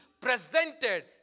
presented